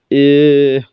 ए